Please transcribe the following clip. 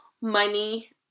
money